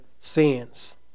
sins